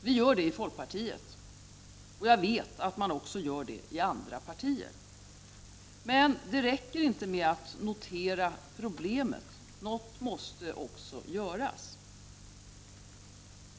Det gör vi i folkpartiet, och jag vet att man gör det även i andra partier. Men det räcker inte med att notera problemen. Något måste också göras.